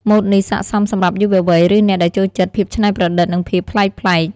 ម៉ូដនេះស័ក្តិសមសម្រាប់យុវវ័យ ឬអ្នកដែលចូលចិត្តភាពច្នៃប្រឌិត និងភាពប្លែកៗ។